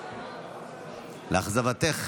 לאכזבתך,